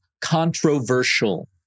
controversial